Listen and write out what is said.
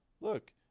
look